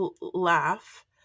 laugh